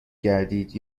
گردید